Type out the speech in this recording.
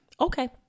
okay